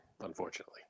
unfortunately